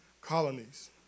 colonies